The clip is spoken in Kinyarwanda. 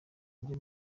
njye